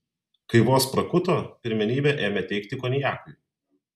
kai vos prakuto pirmenybę ėmė teikti konjakui